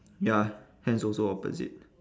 ya hands also opposite